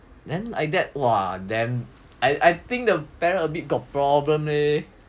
then like !wah! damn I I think the parent a bit got problem leh